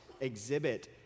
exhibit